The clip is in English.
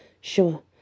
Sure